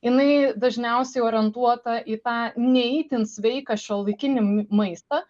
jinai dažniausiai orientuota į tą ne itin sveiką šiuolaikinį maistą